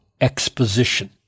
exposition